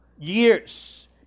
years